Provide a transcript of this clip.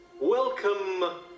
Welcome